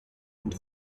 und